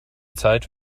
zeit